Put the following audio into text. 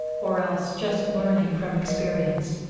or else just learning from experience.